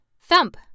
thump